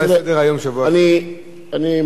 אני מכיר את השר אהרונוביץ,